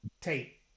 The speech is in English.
tape